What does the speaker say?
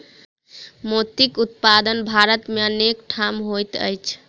मोतीक उत्पादन भारत मे अनेक ठाम होइत अछि